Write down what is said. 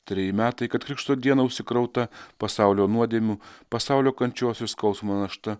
treji metai kad krikšto dieną užsikrauta pasaulio nuodėmių pasaulio kančios ir skausmo našta